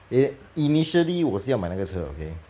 eh initially 我是要买那个车 okay